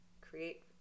create